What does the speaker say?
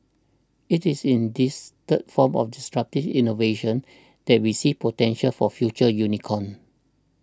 it is in this third form of disruptive innovation that we see potential for future unicorns